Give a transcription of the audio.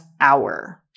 hour